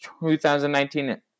2019